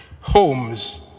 homes